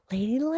Lady